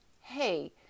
Hey